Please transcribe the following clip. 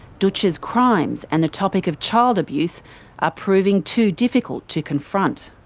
dootch's crimes and the topic of child abuse are proving too difficult to confront.